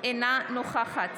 אינה נוכחת